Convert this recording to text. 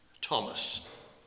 Thomas